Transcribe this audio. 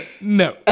no